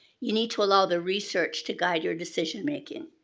you need to allow the research to guide your decision-making.